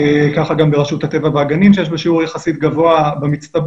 ככה גם ברשות הטבע והגנים שיש בה שיעור יחסית גבוה במצטבר,